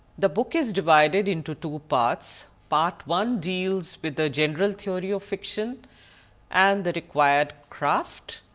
the book is divided into two parts. part one deals with the general theory of fiction and the required craft,